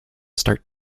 start